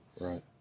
right